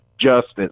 justice